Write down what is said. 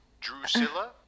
Drusilla